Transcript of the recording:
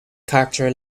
character